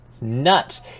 nuts